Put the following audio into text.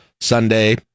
sunday